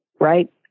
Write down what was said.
right